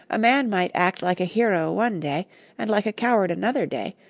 a man might act like a hero one day and like a coward another day,